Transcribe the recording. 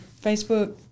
Facebook